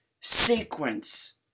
sequence